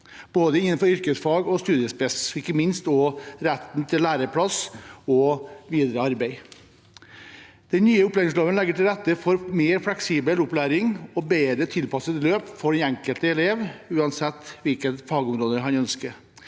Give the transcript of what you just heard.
videregående skole ikke minst innenfor retten til læreplass og videre arbeid. Den nye opplæringsloven legger til rette for mer fleksibel opplæring og bedre tilpasset løp for den enkelte elev, uansett hvilket fagområde en ønsker.